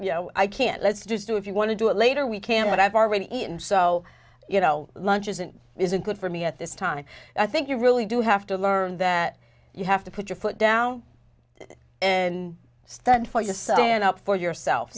you know i can't let's just do if you want to do it later we can but i've already eaten so you know lunch isn't isn't good for me at this time i think you really do have to learn that you have to put your foot down and stand for the sun up for yourself